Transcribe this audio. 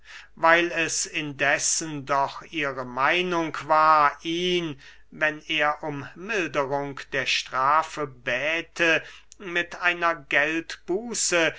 weil es indessen doch ihre meinung war ihn wenn er um milderung der strafe bäte mit einer geldbuße